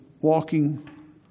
walking